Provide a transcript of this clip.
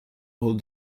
all